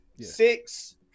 Six